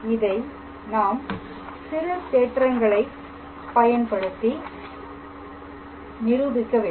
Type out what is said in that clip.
இதை நாம் சிறு தேற்றங்களை பயன்படுத்தி நிரூபிக்க வேண்டும்